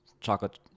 chocolate